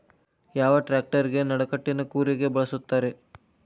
ಯಾವ ಟ್ರ್ಯಾಕ್ಟರಗೆ ನಡಕಟ್ಟಿನ ಕೂರಿಗೆ ಬಳಸುತ್ತಾರೆ?